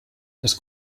das